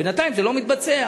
בינתיים זה לא מתבצע.